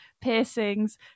piercings